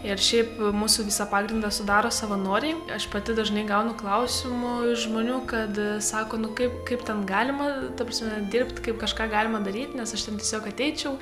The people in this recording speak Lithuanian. ir šiaip mūsų visą pagrindą sudaro savanoriai aš pati dažnai gaunu klausimų iš žmonių kad sako nu kaip kaip ten galima ta prasme dirbt kaip kažką galima daryt nes aš ten tiesiog ateičiau